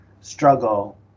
struggle